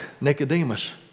Nicodemus